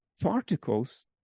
particles